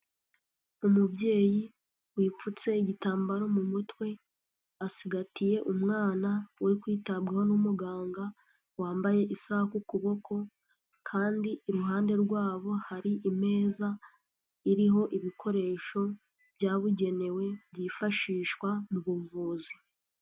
Umubyeyi wipfutse igitambaro mu mutwe, acigatiye umwana uri kwitabwaho n'umuganga wambaye isaha ku kuboko kandi iruhande rwabo hari imeza iriho ibikoresho byabugenewe, byifashishwa mu buvuzi.